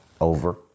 over